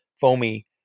foamy